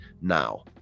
now